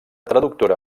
traductora